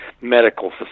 medical